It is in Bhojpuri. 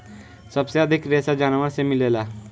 सबसे अधिक रेशा जानवर से मिलेला